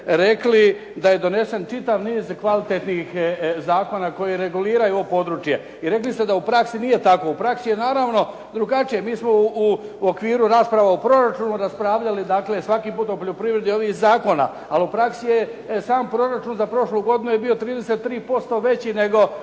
rekli da je donesen čitav niz kvalitetnih zakona koji reguliraju ovo područje. Rekli ste da u praksi nije tako. U praksi je naravno drugačije, mi smo u okviru rasprava o proračunu svaki put raspravljali o poljoprivredi ovih zakona. Ali u praksi je sam proračun za prošlu godinu je bio 33% veći nego